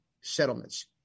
settlements